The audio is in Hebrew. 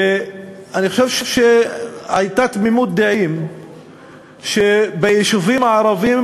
ואני חושב שהייתה תמימות דעים שביישובים הערביים